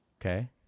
okay